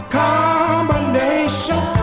combination